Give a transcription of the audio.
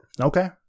Okay